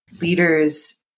leaders